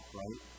right